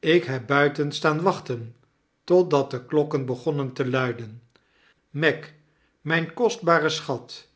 ik heb buiten staan wachten totdat de klokken begonnen te luiden meg mijn kostbare schat